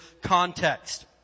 context